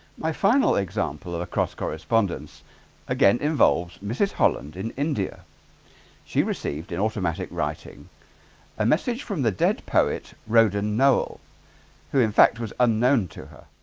my final example across correspondence again involves, mrs. holland in india she received in automatic writing a message from the dead poet in nowell who in fact was unknown to her